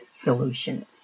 solution